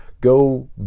go